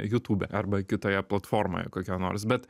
youtube arba kitoje platformoje kokioj nors bet